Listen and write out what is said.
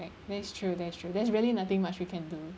that is true that's true there's really nothing much we can do